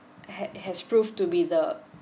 had has proved to be the